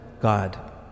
God